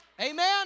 Amen